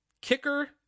kicker